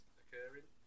occurring